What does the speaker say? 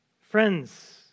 Friends